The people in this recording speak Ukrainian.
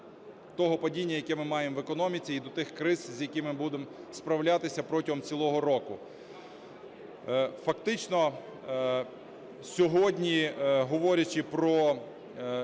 того падіння, яке ми маємо в економіці, і до тих криз, з якими будемо справлятися протягом цілого року. Фактично сьогодні говорячи про інші